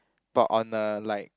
but on a like